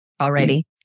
Already